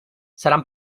seran